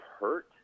hurt